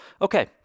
Okay